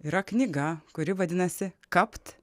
yra knyga kuri vadinasi kapt